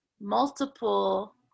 multiple